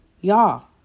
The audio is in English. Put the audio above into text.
y'all